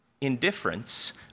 Indifference